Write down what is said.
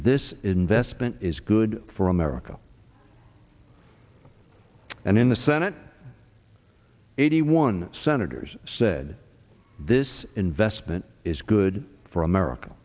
investment is good for america and in the senate eighty one senators said this investment is good for america